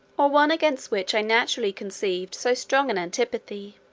or one against which i naturally conceived so strong an antipathy.